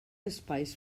espais